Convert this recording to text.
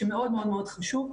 שמאוד מאוד חשוב.